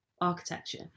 architecture